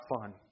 fun